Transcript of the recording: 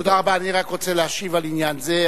תודה רבה, אני רק רוצה להשיב על זה.